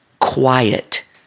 quiet